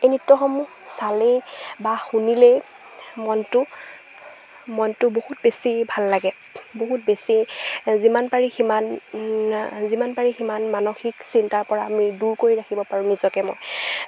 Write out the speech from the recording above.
এই নৃত্যসমূহ চালেই বা শুনিলেই মনটো মনটো বহুত বেছি ভাল লাগে বহুত বেছি যিমান পাৰি সিমান যিমান পাৰি সিমান মানসিক চিন্তাৰপৰা আমি দূৰ কৰি ৰাখিব পাৰোঁ নিজকে মই